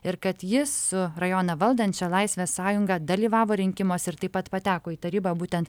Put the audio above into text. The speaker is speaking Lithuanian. ir kad jis su rajoną valdančia laisvės sąjunga dalyvavo rinkimuose ir taip pat pateko į tarybą būtent